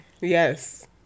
Yes